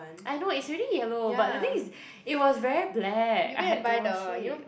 I know it's already yellow but the thing is it was very black I had to wash it